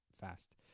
Fast